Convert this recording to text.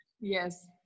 Yes